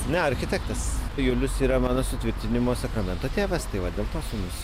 ne architektas julius yra mano sutvirtinimo sakramento tėvas tai va dėl to sūnus